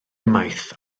ymaith